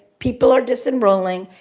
people are disenrolling.